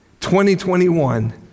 2021